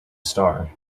star